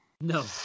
No